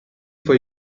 for